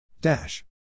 Dash